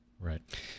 Right